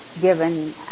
given